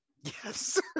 Yes